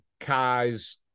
Kai's